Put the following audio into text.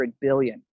billion